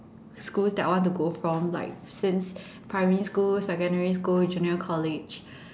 schools that I want to go from like since primary school secondary school junior college